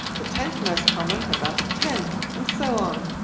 the tenth most common, about a tenth, and so on.